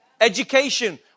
Education